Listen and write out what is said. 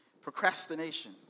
procrastination